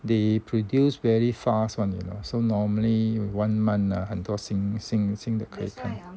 they produce very fast one you know so normally one month 很多新新新的 creating